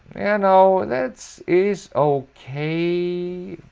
and know that's is okay